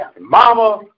Mama